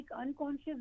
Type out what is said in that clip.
unconscious